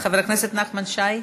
חבר הכנסת נחמן שי.